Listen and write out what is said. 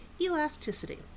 elasticity